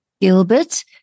Gilbert